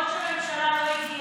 ראש הממשלה לא הגיע,